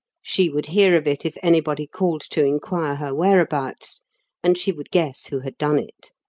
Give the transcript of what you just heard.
she would hear of it if anybody called to inquire her whereabouts and she would guess who had done it.